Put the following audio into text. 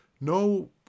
No